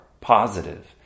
positive